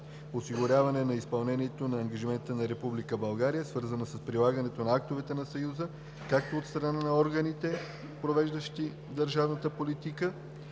осигуряване на изпълнението на ангажиментите на Република България, свързани с прилагането на актовете на съюза както от страна на органите, провеждащи държавната политика